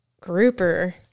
Grouper